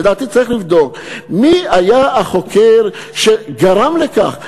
לדעתי צריך לבדוק מי היה החוקר שגרם לכך,